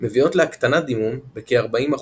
- מביאות להקטנת דימום בכ-40%,